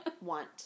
want